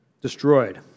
destroyed